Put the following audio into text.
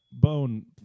bone